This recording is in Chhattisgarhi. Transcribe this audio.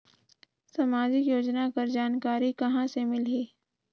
समाजिक योजना कर जानकारी कहाँ से मिलही?